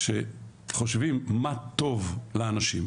כשחושבים מה טוב לאנשים,